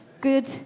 good